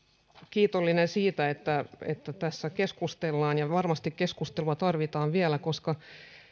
kiitollinen siitä että että keskustellaan ja varmasti keskustelua tarvitaan vielä koska